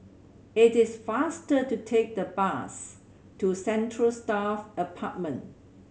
it is faster to take the bus to Central Staff Apartment